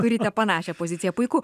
turite panašią poziciją puiku